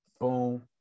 boom